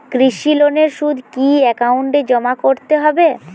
কৃষি লোনের সুদ কি একাউন্টে জমা করতে হবে?